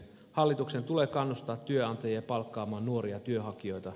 hallituksen tulee kannustaa työantajia palkkaamaan nuoria työnhakijoita